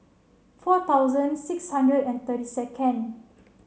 four thousand six hundred and thirty second